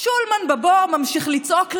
שולמן בבור, ממשיך לצעוק לעזרה,